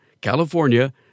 California